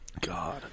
God